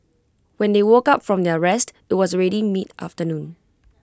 when they woke up from their rest IT was ready mid afternoon